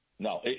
No